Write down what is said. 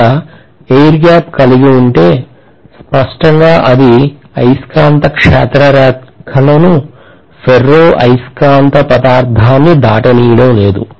అక్కడ air gap కలిగి ఉంటే స్పష్టంగా అది అయస్కాంత క్షేత్ర రేఖలను ఫెర్రో అయస్కాంత పదార్థాన్ని దాటనీయడం లేదు